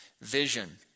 vision